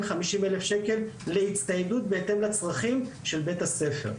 אלף שקל להצטיידות בהתאם לצרכים של בית הספר.